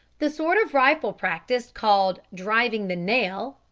the sort of rifle practice called driving the nail,